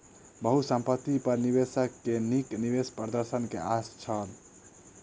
बहुसंपत्ति पर निवेशक के नीक निवेश प्रदर्शन के आस छल